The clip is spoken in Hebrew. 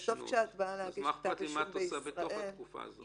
אז מה אכפת לי מה התוספת בתוך התקופה הזאת?